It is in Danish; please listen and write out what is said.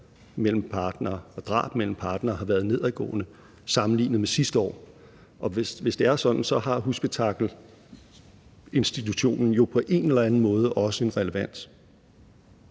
mellem partnere og drab mellem partnere har været nedadgående sammenlignet med sidste år. Hvis det er sådan, har husspektakelinstitutionen jo på en eller anden måde også en relevans.